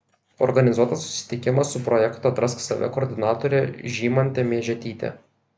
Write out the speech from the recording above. organizuotas susitikimas su projekto atrask save koordinatore žymante miežetyte